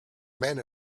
men